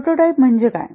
prototype म्हणजे काय